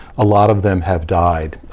a lot of them have died,